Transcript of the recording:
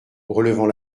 relevant